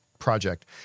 project